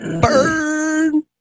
Burn